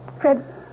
Fred